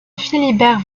philibert